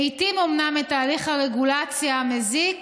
מאיטים אומנם את תהליך הרגולציה המזיק,